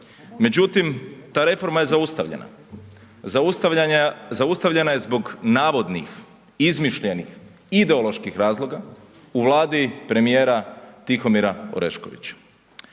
Međutim, ta reforma je zaustavljena. Zaustavljena je zbog navodnih, izmišljenih ideoloških razloga u Vladi premijera Tihomira Oreškovića.